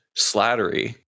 slattery